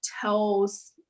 tells